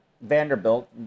Vanderbilt